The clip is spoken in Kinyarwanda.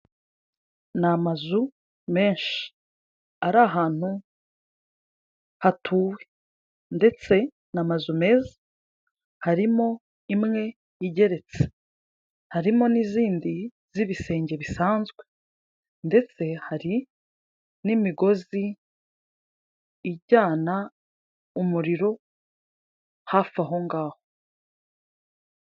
Ni amazu menshi, ari ahantu hatuwe ndetse ni amazu meza, harimo imwe igeretse harimo n'izindi z'ibisenge bisanzwe ndetse hari n'imigozi ijyana umuriro hafi aho ngaho.